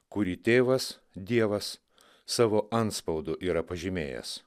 kurį tėvas dievas savo antspaudu yra pažymėjęs